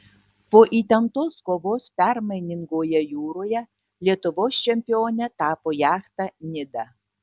po įtemptos kovos permainingoje jūroje lietuvos čempione tapo jachta nida